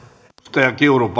arvoisa